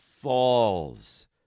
falls